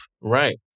Right